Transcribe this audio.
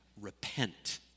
Repent